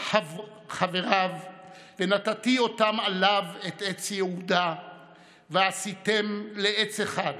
חבריו ונתתי אותם עליו את עץ יהודה ועשיתם לעץ אחד